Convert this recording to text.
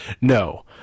no